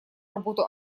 работу